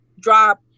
drop